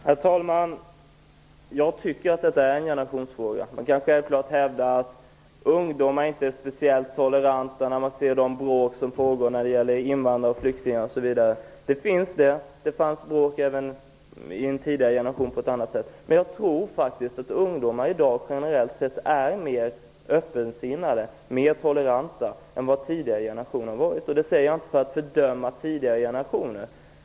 Herr talman! Jag tycker att detta är en generationsfråga. Självfallet kan man hävda att ungdomar inte är speciellt toleranta, när man ser bråk som gäller invandrare och flyktingar osv. Det fanns bråk även i tidigare generationer på annat sätt. Jag tror att ungdomar i dag generellt sett är mer öppensinnade, mer toleranta, än vad tidigare generationer varit. Det säger jag inte för att fördöma tidigare generationer.